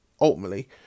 Ultimately